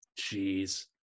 jeez